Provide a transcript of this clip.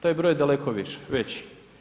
Taj broj je daleko veći.